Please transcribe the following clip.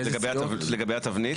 לגבי התבנית?